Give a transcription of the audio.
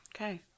Okay